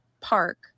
Park